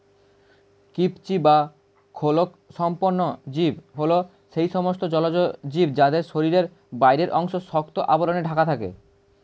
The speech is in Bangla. কবচী বা খোলকসম্পন্ন জীব হল সেই সমস্ত জলজ জীব যাদের শরীরের বাইরের অংশ শক্ত আবরণে ঢাকা থাকে